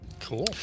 Cool